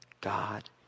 God